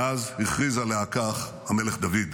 מאז הכריז עליה כך המלך דוד.